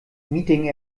meeting